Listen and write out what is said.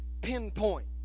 pinpoint